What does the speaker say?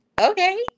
okay